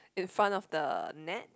in front of the net